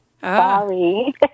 Sorry